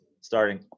starting